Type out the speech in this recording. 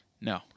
No